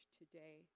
today